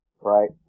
right